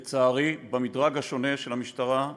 לצערי, במדרג השונה של המשטרה,